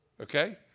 Okay